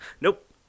Nope